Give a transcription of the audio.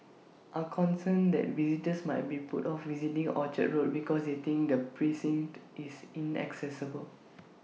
are concerned that visitors might be put off visiting Orchard road because they think the precinct is inaccessible